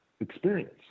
experience